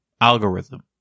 algorithm